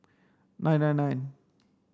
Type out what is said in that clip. nine nine nine